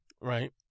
right